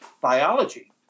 biology